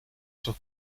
sus